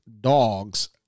dogs